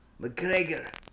McGregor